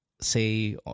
say